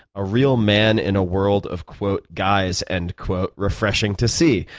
a real man in a world of quote guys end quote refreshing to see.